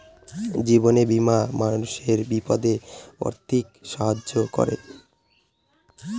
জীবন বীমা মানুষের বিপদে আর্থিক সাহায্য করে